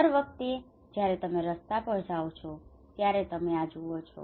દર વખતે જ્યારે તમે રસ્તા પર જાઓ છો ત્યારે તમે આ જુઓ છો